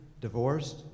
divorced